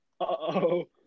Uh-oh